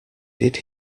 did